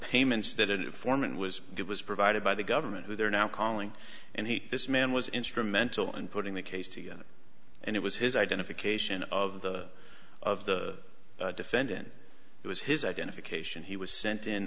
payments that informant was get was provided by the government who they're now calling and he this man was instrumental in putting the case together and it was his identification of the of the defendant it was his identification he was sent in